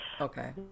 Okay